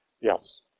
Yes